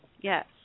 yes